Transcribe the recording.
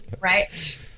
right